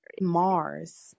Mars